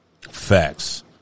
Facts